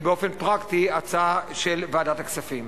באופן פרקטי, הצעה של ועדת הכספים.